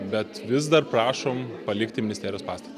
bet vis dar prašom palikti ministerijos pastatą